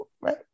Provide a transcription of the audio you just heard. right